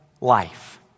life